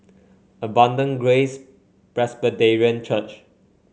Abundant Grace Presbyterian Church